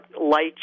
light